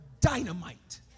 dynamite